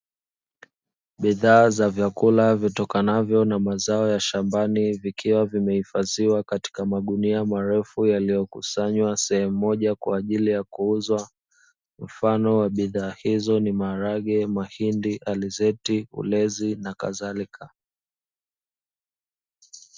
Bidhaa za vyakula vitokanavyo na mazao ya shambani, vikiwa vimehifadhiwa katika magunia marefu yaliyokusanywa sehemu moja kwa ajili ya kuuzwa, mfano wa bidhaa hizo ni: maharage, mahindi, alizeti, ulezi, na kadhalika.